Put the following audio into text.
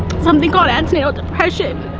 something called antenatal depression.